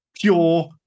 pure